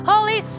Holy